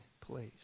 place